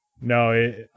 No